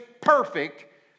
perfect